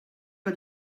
got